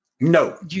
No